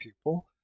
people